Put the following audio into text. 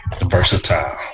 versatile